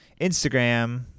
Instagram